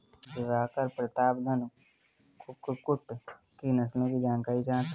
दिवाकर प्रतापधन कुक्कुट की नस्लों की जानकारी चाहता है